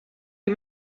you